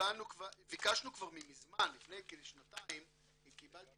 ביקשנו כבר ממזמן לפני כשנתיים וקיבלתי